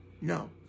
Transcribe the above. No